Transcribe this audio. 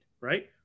Right